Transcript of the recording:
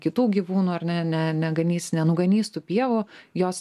kitų gyvūnų ar ne ne neganys nenuganys tų pievų jos